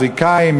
אפריקנים,